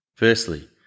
Firstly